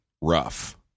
rough